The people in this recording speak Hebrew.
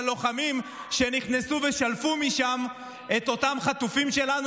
ללוחמים שנכנסו ושלפו משם את אותם חטופים שלנו,